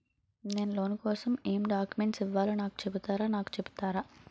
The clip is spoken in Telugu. నేను లోన్ కోసం ఎం డాక్యుమెంట్స్ ఇవ్వాలో నాకు చెపుతారా నాకు చెపుతారా?